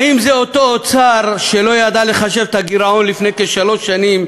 האם זה אותו אוצר שלא ידע לחשב את הגירעון לפני כשלוש שנים,